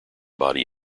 body